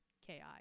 ki